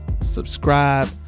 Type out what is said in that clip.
subscribe